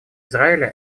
израиля